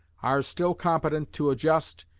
are still competent to adjust,